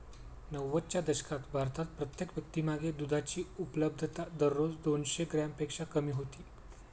नव्वदच्या दशकात भारतात प्रत्येक व्यक्तीमागे दुधाची उपलब्धता दररोज दोनशे ग्रॅमपेक्षा कमी होती